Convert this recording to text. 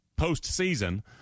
postseason